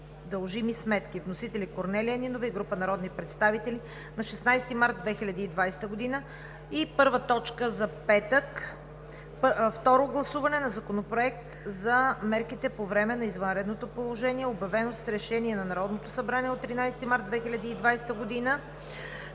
дължими сметки, вносители – Корнелия Нинова и група народни представители, 16 март 2020 г. 3. Второ гласуване на Законопроекта за мерките по време на извънредното положение, обявено с Решение на Народното събрание от 13 март 2020 г.,